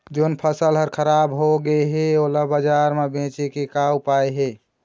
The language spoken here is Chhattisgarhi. जोन फसल हर खराब हो गे हे, ओला बाजार म बेचे के का ऊपाय हे?